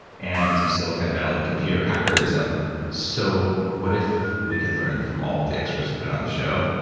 and silicon valley computer hackerism so what if we could learn from all of the experts who've been on the show?